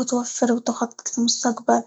وتوفر، وتخطط للمستقبل.